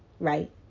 right